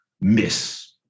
miss